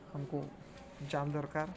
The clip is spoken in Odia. ଆମ୍କୁ ଜାଲ୍ ଦର୍କାର୍